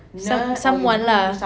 some someone lah